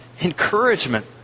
encouragement